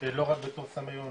סמי אונס,